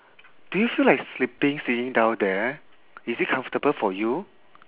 do you feel like sleeping sitting down there is it comfortable for you